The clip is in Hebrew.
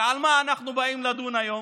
ועל מה אנחנו באים לדון היום?